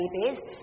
babies